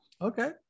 Okay